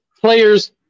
players